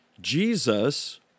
Jesus